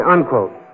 Unquote